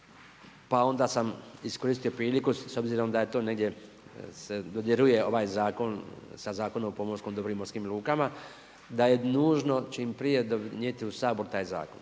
Pa onda sam iskoristio priliku, s obzirom da je to negdje se dodiruje ovaj zakon sa Zakonom dobru i morskim lukama, da je nužno, čim prije donijet u Sabor taj zakon.